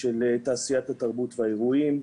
של תעשיית התרבות והאירועים,